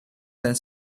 their